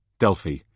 Delphi